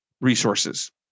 resources